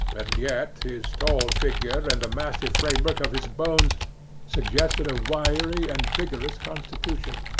but and yet his tall figure and the massive framework of his bones suggested a wiry and vigorous constitution.